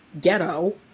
ghetto